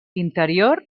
interior